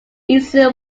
easy